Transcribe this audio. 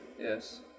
Yes